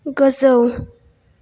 गोजौ